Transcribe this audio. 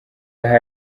aha